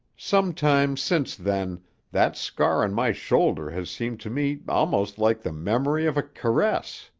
sometimes since then that scar on my shoulder has seemed to me almost like the memory of a caress.